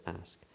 ask